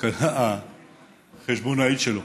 החשבונאית שלו,